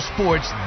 Sports